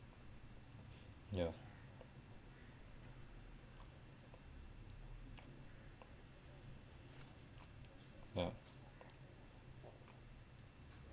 ya ya